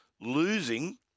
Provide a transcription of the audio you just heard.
losing